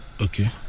Okay